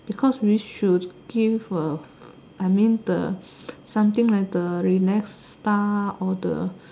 because we should give A I mean the something like the relax stuff or the